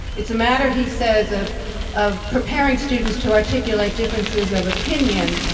it's a matter, he says, of of preparing students to articulate differences of opinion.